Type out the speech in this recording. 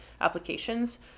applications